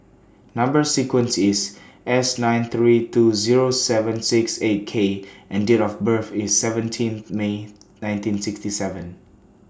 Number sequence IS S nine three two Zero seven six eight K and Date of birth IS seventeen May nineteen sixty seven